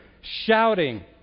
shouting